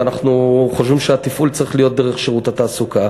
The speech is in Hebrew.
ואנחנו חושבים שהתפעול צריך להיות דרך שירות התעסוקה.